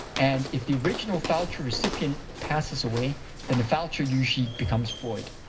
and if the original voucher recipient passes away then the voucher usually becomes void.